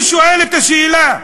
אני שואל את השאלה.